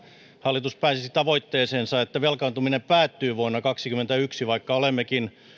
hallitus pääsisi tavoitteeseensa että velkaantuminen päättyisi vuonna kaksikymmentäyksi vaikka olemmekin